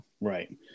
Right